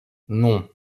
non